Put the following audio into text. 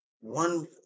One